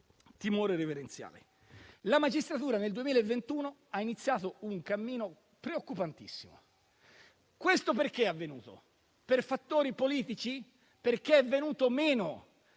timore reverenziale. La magistratura nel 2021 ha iniziato un cammino preoccupantissimo. Perché è avvenuto questo? Per fattori politici? Perché è venuta meno